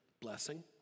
blessing